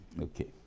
okay